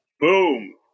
Boom